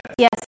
Yes